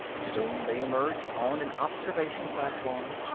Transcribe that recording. soon they emerged on an observation platform,